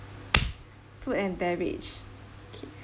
food and beverage okay